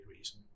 reason